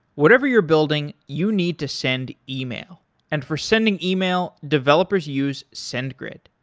whatever you're building, you need to send email and for sending email developers use sendgrid.